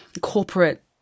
corporate